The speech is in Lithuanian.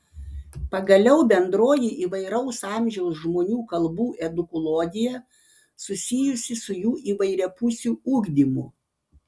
pagaliau bendroji įvairaus amžiaus žmonių kalbų edukologija susijusi su jų įvairiapusiu ugdymu